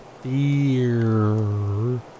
fear